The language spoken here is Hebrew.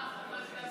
63 נגד, בעד,